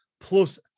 plus